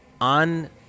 on